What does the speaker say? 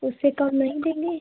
उससे कम नहीं देंगे